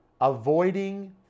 Avoiding